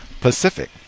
Pacific